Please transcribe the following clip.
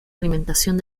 alimentación